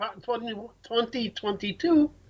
2022